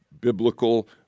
biblical